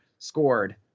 scored